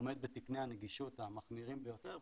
עומד בתקני הנגישות המחמירים ביותר,